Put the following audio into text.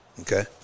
okay